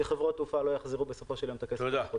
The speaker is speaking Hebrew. שחברות התעופה לא יחזירו בסופו של יום את הכסף.